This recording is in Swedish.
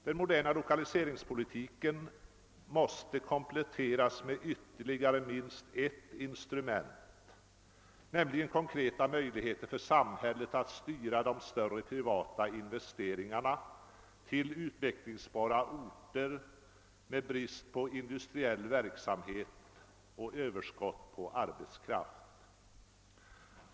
Den moderna lokaliseringspolitiken måste kompletteras med ytterligare minst ett instrument, nämligen konkreta möjligheter för samhället att styra de större privata investeringarna till utvecklingsbara orter med brist på industriell verksamhet och överskott på arbetskraft.